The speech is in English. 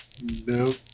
Nope